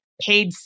paid